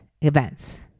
events